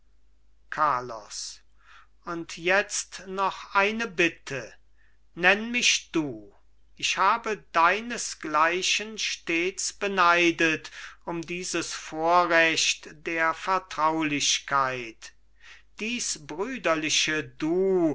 carlos und jetzt noch eine bitte nenn mich du ich habe deinesgleichen stets beneidet um dieses vorrecht der vertraulichkeit dies brüderliche du